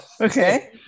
Okay